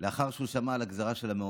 לאחר שהוא שמע על הגזרה של המעונות.